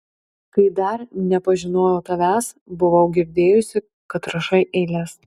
kai dar nepažinojau tavęs buvau girdėjusi kad rašai eiles